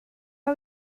are